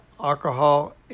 Alcohol